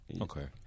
Okay